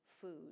food